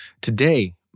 Today